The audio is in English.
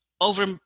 over